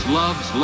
loves